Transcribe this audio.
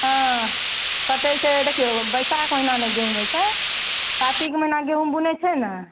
हँ कटै छै देखिऔ बैसाख महिना नहि गहूम होइ छै कातिक महिना गहूम बुनै छै ने